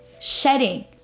shedding